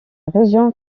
région